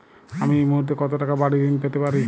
আমি এই মুহূর্তে কত টাকা বাড়ীর ঋণ পেতে পারি?